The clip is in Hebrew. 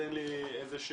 נותן לי איזה שהוא